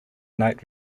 night